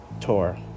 Tour